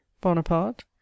Bonaparte